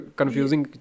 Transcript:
confusing